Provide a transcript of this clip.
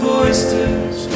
oysters